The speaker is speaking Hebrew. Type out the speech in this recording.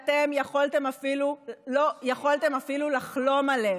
אף אחד לא קונה את זה.